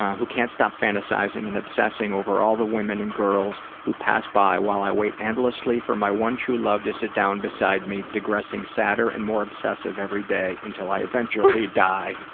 who can't stop fantasizing and obsessing over all the women and girls who pass by while i wait endlessly for my one true love to sit down beside me digressing sadder and more obsessive every day until i eventually die.